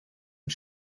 und